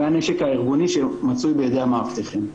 והנשק הארגוני שמצוי בידי המאבטחים.